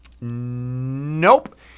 Nope